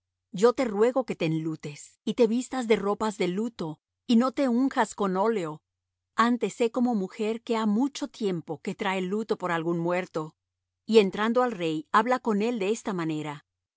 yo te ruego que te enlutes y te vistas de ropas de luto y no te unjas con óleo antes sé como mujer que ha mucho tiempo que trae luto por algún muerto y entrando al rey habla con él de esta manera